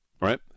right